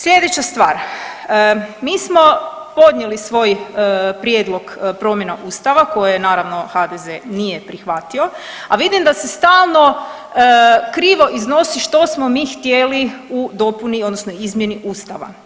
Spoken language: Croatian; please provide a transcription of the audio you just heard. Slijedeća stvar, mi smo podnijeli svoj prijedlog promjena Ustava koje naravno HDZ nije prihvatio, a vidim da se stalno krivo iznosi što smo mi htjeli u dopuni odnosno izmjeni Ustava.